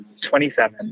27